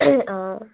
অঁ